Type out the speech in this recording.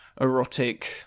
erotic